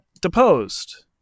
deposed